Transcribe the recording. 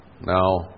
Now